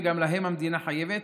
וגם להם המדינה חייבת